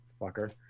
fucker